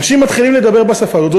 אנשים מתחילים לדבר בשפה הזאת.